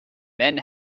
men